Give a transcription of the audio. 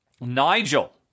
Nigel